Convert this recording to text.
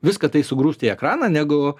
viską tai sugrūst į ekraną negu